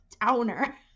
downer